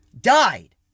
died